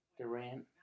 Durant